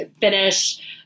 finish